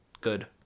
good